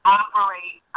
operate